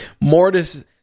Mortis